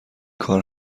کار